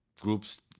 groups